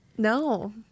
no